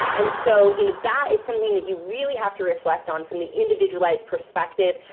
and so you know that is something that you really have to reflect on from the individualized perspective,